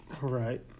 right